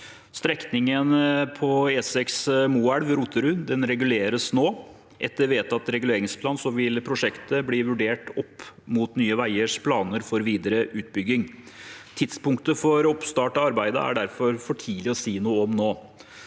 Strekningen Moelv–Roterud på E6 reguleres nå. Etter vedtatt reguleringsplan vil prosjektet bli vurdert opp mot Nye veiers planer for videre utbygging. Tidspunktet for oppstart av arbeidet er det derfor for tidlig å si noe om nå.